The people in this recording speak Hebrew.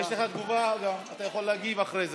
יש לך תגובה, אתה יכול להגיב אחרי זה.